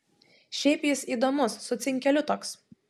šiaip jis įdomus su cinkeliu toks